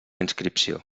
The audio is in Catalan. inscripció